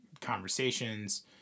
conversations